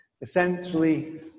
Essentially